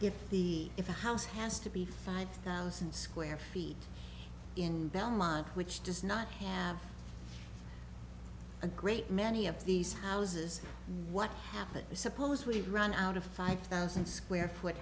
if the if the house has to be five thousand square feet in belmont which does not have a great many of these houses what happens suppose we run out of five thousand square foot